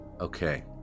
okay